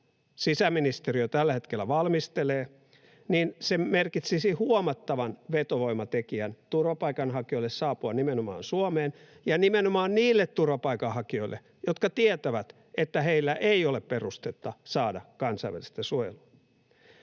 sisäministeriö tällä hetkellä valmistelee, niin se merkitsisi huomattavaa vetovoimatekijää turvapaikanhakijoille saapua nimenomaan Suomeen — ja nimenomaan niille turvapaikanhakijoille, jotka tietävät, että heillä ei ole perustetta saada kansainvälistä suojelua.